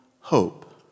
hope